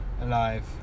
alive